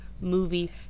movie